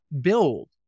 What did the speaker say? build